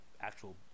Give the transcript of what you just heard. actual